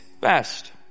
best